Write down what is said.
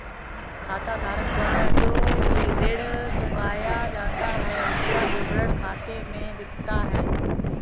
खाताधारक द्वारा जो भी ऋण चुकाया जाता है उसका विवरण खाते में दिखता है